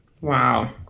Wow